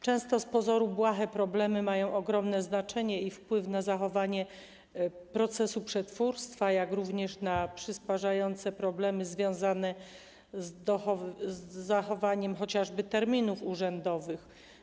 Często z pozoru błahe kwestie mają ogromne znaczenie i wpływ na zachowanie procesu przetwórstwa, jak również przysparzają problemów związanych z zachowaniem chociażby terminów urzędowych.